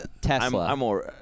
Tesla